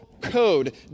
code